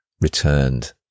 returned